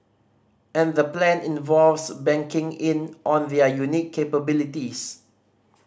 and the plan involves banking in on their unique capabilities